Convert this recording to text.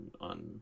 on